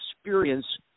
experience